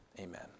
Amen